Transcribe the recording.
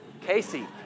Casey